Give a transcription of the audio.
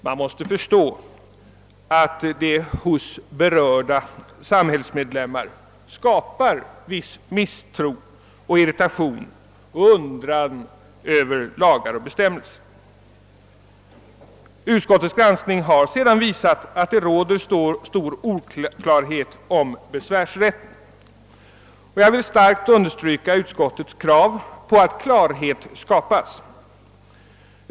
Man måste förstå att det hos berörda samhällsmedlemmar skapas misstro, irritation och undran över lagar och bestämmelser när sådant här inträffar. Utskottets granskning har visat att det råder stor oklarhet om besvärsrätten, och jag vill starkt understryka utskottets krav på att klarhet skapas.